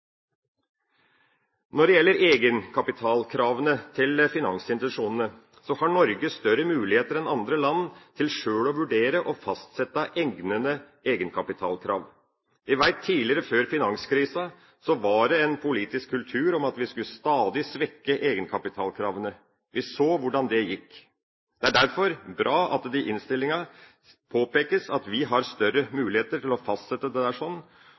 Når det gjelder egenkapitalkravene til finansinstitusjonene, har Norge større muligheter enn andre land til sjøl å vurdere og fastsette egnede egenkapitalkrav. Jeg vet at tidligere, før finanskrisen, var det en politisk kultur at vi stadig skulle svekke egenkapitalkravene. Vi så hvordan det gikk. Det er derfor bra at det i innstillinga påpekes at vi har større muligheter til å fastsette dette, og det